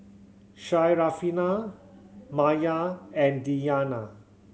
Syarafina Maya and Diyana